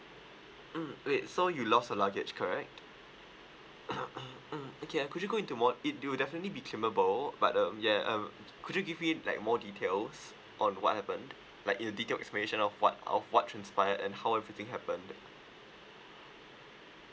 mm wait so you lost a luggage correct mm okay uh could you go into more it will definitely be claimable but uh ya um could you give me like more details on what happened like in a detail explanation of what of what transpired and how everything happened